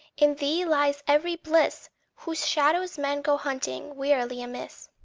in thee lies every bliss whose shadow men go hunting wearily amiss.